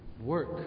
work